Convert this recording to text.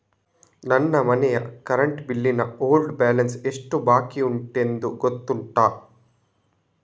ನನ್ನ ಮನೆಯ current bill ನ ಓಲ್ಡ್ ಬ್ಯಾಲೆನ್ಸ್ ಎಷ್ಟು ಬಾಕಿಯುಂಟೆಂದು ಗೊತ್ತುಂಟ?